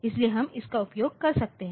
इसलिए हम इसका उपयोग कर सकते हैं